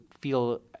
feel